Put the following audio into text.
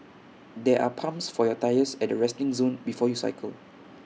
there are pumps for your tyres at the resting zone before you cycle